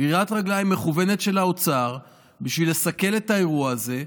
גרירת רגליים מכוונת של האוצר בשביל לסכל את האירוע הזה,